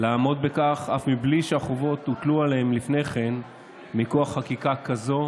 לעמוד בכך אף בלי שהחובות הוטלו עליהם לפני כן מכוח חקיקה כזאת